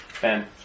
Ben